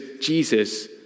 Jesus